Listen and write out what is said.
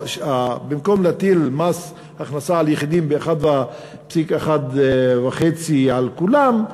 במקום להטיל מס הכנסה על יחידים 1.5% על כולם,